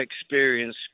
experience